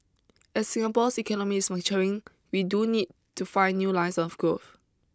as Singapore's economy is maturing we do need to find new lines of growth